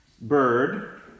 bird